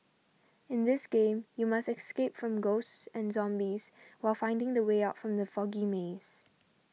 in this game you must escape from ghosts and zombies while finding the way out from the foggy maze